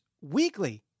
weekly